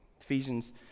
Ephesians